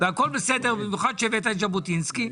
והכול בסדר, במיוחד שהבאת את ז'בוטינסקי.